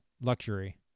luxury